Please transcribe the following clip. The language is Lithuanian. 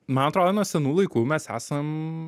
man atrodo nuo senų laikų mes esam